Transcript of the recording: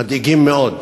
מדאיגים מאוד: